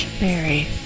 Mary